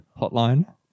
Hotline